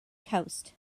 coast